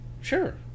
Sure